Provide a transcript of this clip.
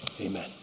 amen